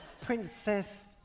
Princess